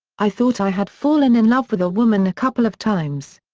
i thought i had fallen in love with a woman a couple of times.